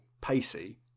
pacey